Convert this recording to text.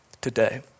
today